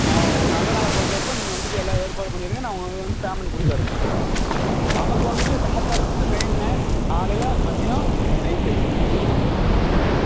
நான் ஒரு நல்ல நாளாக சொல்கிறப்ப நீங்கள் வந்துட்டு எல்லாம் ஏற்பாடு பண்ணியிருங்க நான் உங்களுக்கு வந்து பேமெண்ட் கொடுத்துட்றேன் நமக்கு வந்துட்டு சாப்பாடு வந்துட்டு மெயின்ணே காலையில் மதியம் நைட்டு ஏ